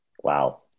Wow